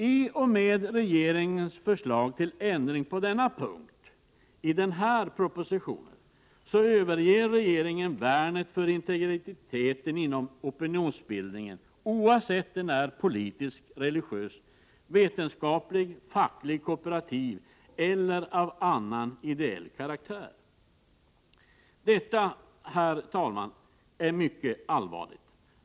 I och med regeringens förslag till ändring på denna punkt i den här propositionen överger regeringen värnet för integriteten inom opinionsbildningen oavsett om den är politisk, religiös, vetenskaplig, facklig, kooperativ eller av annan ideell karaktär. Detta, herr talman, är mycket allvarligt.